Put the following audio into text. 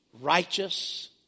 Righteous